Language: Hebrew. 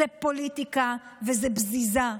זה פוליטיקה וזה בזיזה.